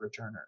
returner